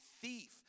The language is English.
thief